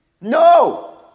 No